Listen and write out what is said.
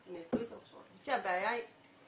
אני חושבת שהבעיה היא לדעתי,